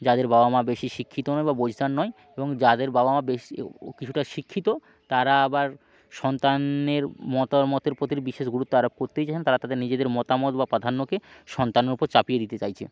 যাদের বাবা মা বেশি শিক্ষিত নয় বা বৈসান নয় এবং যাদের বাবা মা বেশি কিছুটা শিক্ষিত তারা আবার সন্তানের মতামতের প্রতি বিশেষ গুরুত্ব আরোপ করতেই চান না তারা তাদের নিজেদের মতামত বা প্রাধান্যকে সন্তানের ওপর চাপিয়ে দিতে চাইছে